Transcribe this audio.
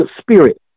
spirit